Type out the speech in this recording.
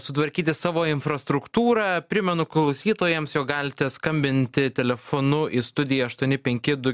sutvarkyti savo infrastruktūrą primenu klausytojams jog galite skambinti telefonu į studiją aštuoni penki du